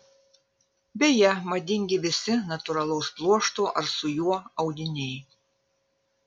beje madingi visi natūralaus pluošto ar su juo audiniai